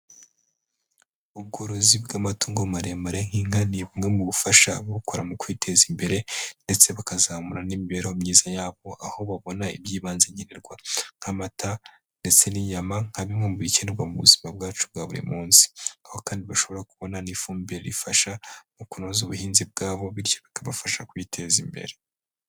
Ubworozi bw'amatungo maremare nk'inka, ni bumwe mu bufasha ababukora mu kwiteza imbere, ndetse bakazamura n'imibereho myiza yabo, aho babona iby'ibanze nkenerwa nk'amata, ndetse n'inyama nka bimwe mu bikenerwa mu buzima bwacu bwa buri munsi. Aho kandi bashobora kubona ifumbire rifasha mu kunoza ubuhinzi bwabo, bityo bikabafasha kwiteza imbere.